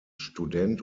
student